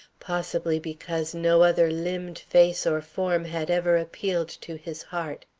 possibly because no other limned face or form had ever appealed to his heart.